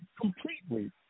completely